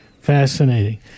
fascinating